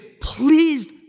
pleased